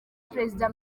perezida